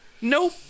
nope